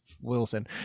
Wilson